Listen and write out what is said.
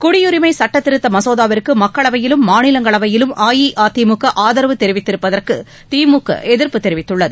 குடியரிமை சட்டத்திருத்த மசோதாவிற்கு மக்களவையிலும் மாநிலங்களவையிலும் அஇஅதிமுக ஆதரவு தெரிவிப்பதற்கு திமுக எதிர்ப்பு தெரிவித்துள்ளது